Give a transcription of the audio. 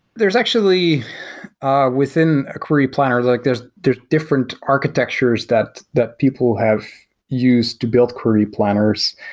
there is actually ah within a query planner, like there's there's different architectures that that people have used to build query planners.